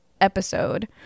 episode